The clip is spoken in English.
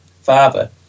father